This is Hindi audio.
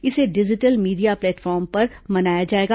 इसे डिजिटल मीडिया प्लेटफॉर्म पर मनाया जाएगा